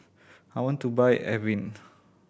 I want to buy Avene